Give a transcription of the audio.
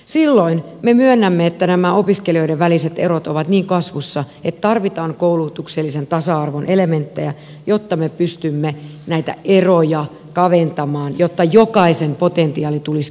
silloin me myönnämme että nämä opiskelijoiden väliset erot ovat niin kasvussa että tarvitaan koulutuksellisen tasa arvon elementtejä jotta me pystymme näitä eroja kaventamaan jotta jokaisen potentiaali tulisi käytettyä